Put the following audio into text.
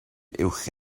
uwch